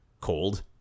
cold